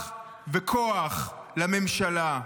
כוח וכוח לממשלה.